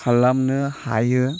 खालामनो हायो